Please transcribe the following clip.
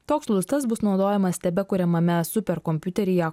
toks lustas bus naudojamas tebekuriamame superkompiuteryje